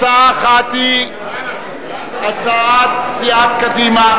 הצעה אחת היא הצעת סיעת קדימה